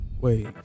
Wait